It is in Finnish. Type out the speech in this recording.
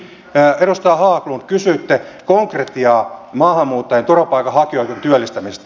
edustaja haglund kysyitte konkretiaa maahanmuuttajien turvapaikanhakijoiden työllistämisestä